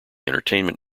entertainment